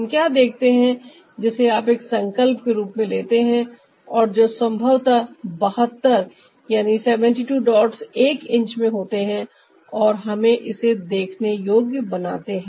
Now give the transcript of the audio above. हम क्या देखते हैं जिसे आप एक संकल्प के रूप में लेते हैं और जो संभवतः बहत्तर डॉट्स एक इंच में होते है और जो हमें इसे देखने योग्य बनाते है